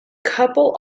couple